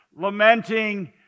lamenting